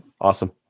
Awesome